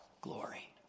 glory